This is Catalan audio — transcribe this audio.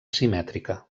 simètrica